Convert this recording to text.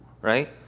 right